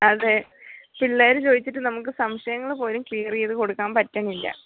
അതേ പിള്ളേർ ചോദിച്ചിട്ട് നമുക്ക് സംശയങ്ങൾ പോലും ക്ലിയറേ ചെയ്ത് കൊടുക്കാൻ പറ്റണില്ല